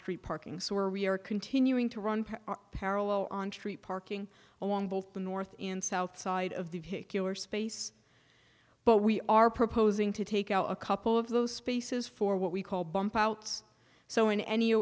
street parking so are we are continuing to run parallel on tree parking along both the north and south side of the vehicular space but we are proposing to take out a couple of those spaces for what we call bump out so in any